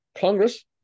Congress